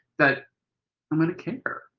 that i'm going to care.